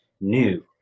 new